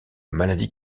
maladie